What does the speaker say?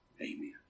Amen